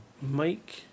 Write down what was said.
Mike